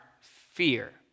fear